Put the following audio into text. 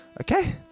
Okay